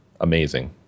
amazing